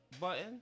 button